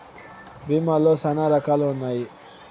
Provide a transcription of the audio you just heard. భీమా లో శ్యానా రకాలు ఉన్నాయి